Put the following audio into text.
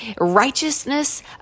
Righteousness